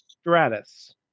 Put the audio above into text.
Stratus